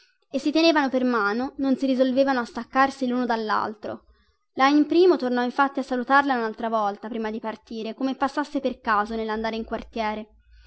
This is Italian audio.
e si tenevano per mano non si risolvevano a staccarsi luno dallaltro lajn primo tornò infatti a salutarla unaltra volta prima di partire come passasse per caso nellandare in quartiere